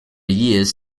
years